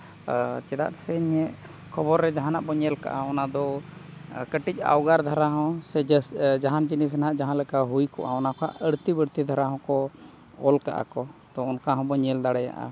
ᱟᱨ ᱪᱮᱫᱟᱜ ᱥᱮ ᱤᱧᱟᱹᱜ ᱠᱷᱚᱵᱚᱨ ᱨᱮ ᱡᱟᱦᱟᱱᱟᱜ ᱵᱚᱱ ᱧᱮᱞ ᱠᱟᱜᱼᱟ ᱚᱱᱟ ᱫᱚ ᱠᱟᱹᱴᱤᱡ ᱚᱣᱜᱟᱨ ᱫᱷᱟᱨᱟ ᱦᱚᱸ ᱥᱮ ᱡᱟᱦᱟᱱ ᱡᱤᱱᱤᱥ ᱱᱟᱦᱟᱜ ᱡᱟᱦᱟᱸ ᱞᱮᱠᱟ ᱦᱩᱭ ᱠᱚᱜᱼᱟ ᱚᱱᱟ ᱠᱷᱚᱱᱟᱜ ᱟᱹᱲᱛᱤ ᱵᱟᱹᱲᱛᱤ ᱫᱷᱟᱨᱟ ᱦᱚᱸ ᱠᱚ ᱚᱞ ᱠᱟᱜᱼᱟ ᱠᱚ ᱛᱚ ᱚᱱᱠᱟ ᱦᱚᱸᱵᱚ ᱧᱮᱞ ᱫᱟᱲᱮᱭᱟᱜᱼᱟ